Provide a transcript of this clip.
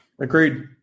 agreed